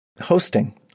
hosting